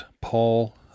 Paul